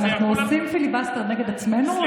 אנחנו עושים פיליבסטר נגד עצמנו?